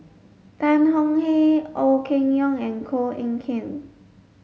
Tan Tong Hye Ong Keng Yong and Koh Eng Kian